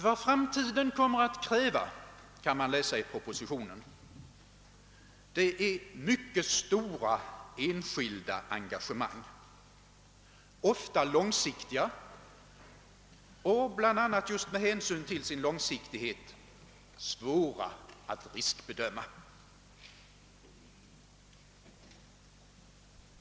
Vad framtiden kommer att kräva kan man läsa i propositionen. Det är mycket stora enskilda en gagemang, ofta långsiktiga och bl.a. just med hänsyn till denna långsiktighet svåra att riskbedöma.